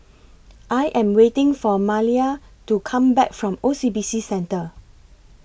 I Am waiting For Maleah to Come Back from O C B C Centre